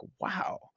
wow